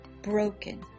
broken